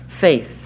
faith